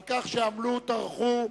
על כך שעמלו וטרחו,